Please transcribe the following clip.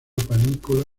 panícula